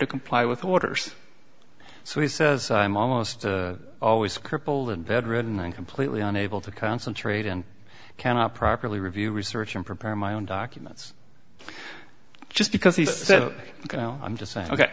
to comply with orders so he says i'm almost always crippled and bedridden and completely unable to concentrate and cannot properly review research and prepare my own documents just because he's so i'm just saying ok